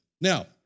Now